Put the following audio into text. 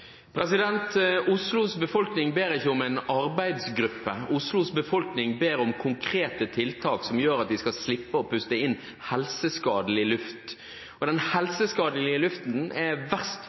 Oslos befolkning ber ikke om en arbeidsgruppe. Oslos befolkning ber om konkrete tiltak som gjør at de skal slippe å puste inn helseskadelig luft. Den helseskadelige luften er verst